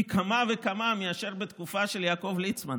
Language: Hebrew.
פי כמה וכמה מאשר בתקופה של יעקב ליצמן.